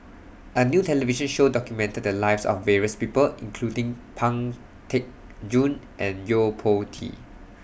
A New television Show documented The Lives of various People including Pang Teck Joon and Yo Po Tee